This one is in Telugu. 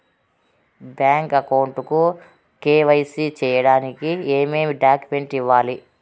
బ్యాంకు అకౌంట్ కు కె.వై.సి సేయడానికి ఏమేమి డాక్యుమెంట్ ఇవ్వాలి?